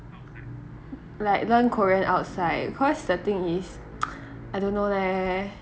like learn korean outside cause the thing is I don't know leh